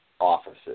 offices